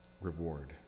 reward